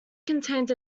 contains